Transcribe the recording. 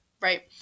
right